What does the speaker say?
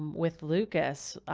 with lucas, ah,